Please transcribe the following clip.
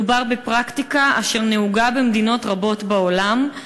מדובר בפרקטיקה אשר נהוגה במדינות רבות בעולם,